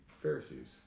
Pharisees